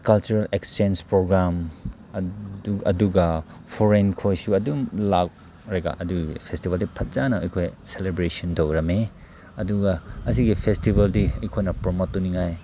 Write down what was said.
cultural exchange programme ꯑꯗꯨꯒ ꯐꯣꯔꯦꯟ ꯈꯣꯏꯁꯨ ꯑꯗꯨꯝ ꯂꯥꯛꯔꯒ ꯑꯗꯨꯒꯤ ꯐꯦꯁꯇꯤꯕꯦꯜꯗꯨ ꯐꯖꯅ ꯑꯩꯈꯣꯏ ꯁꯦꯂꯦꯕ꯭ꯔꯦꯁꯟ ꯇꯧꯔꯝꯏ ꯑꯗꯨꯒ ꯑꯁꯤꯒꯤ ꯐꯦꯁꯇꯤꯕꯦꯜꯗꯤ ꯑꯩꯈꯣꯏꯅ ꯄ꯭ꯔꯣꯃꯣꯠ ꯇꯧꯅꯤꯡꯉꯥꯏ